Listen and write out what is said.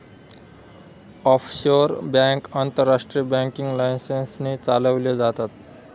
offshore bank आंतरराष्ट्रीय banking licence ने चालवल्या जातात